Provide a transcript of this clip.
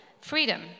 freedom